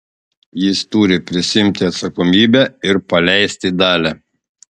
jis turi prisiimti atsakomybę ir paleisti dalią